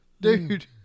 Dude